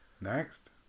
Next